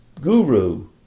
guru